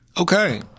Okay